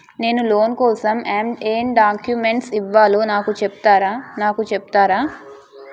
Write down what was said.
నేను లోన్ కోసం ఎం డాక్యుమెంట్స్ ఇవ్వాలో నాకు చెపుతారా నాకు చెపుతారా?